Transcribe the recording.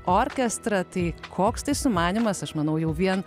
orkestrą tai koks tai sumanymas aš manau jau vien